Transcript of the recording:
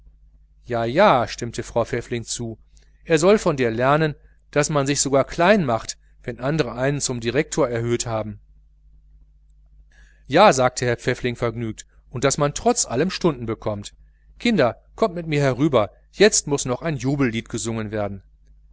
ja ja stimmte frau pfäffling zu er soll von dir lernen daß man sich sogar klein macht wenn andere einen zum direktor erhöht haben ja sagte pfäffling vergnügt und daß man trotz allem stunden bekommt kinder kommt mit herüber jetzt muß noch ein gehöriges jubellied gesungen werden